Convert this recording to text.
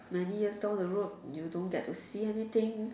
many years down the road you don't get to see anything